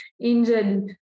injured